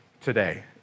today